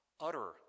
utter